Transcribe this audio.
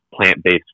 plant-based